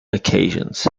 occasions